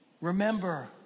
Remember